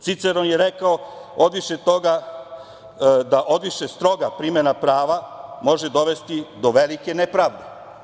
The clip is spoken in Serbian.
Ciceron je rekao da odviše stroga primena prava može dovesti do velike nepravde.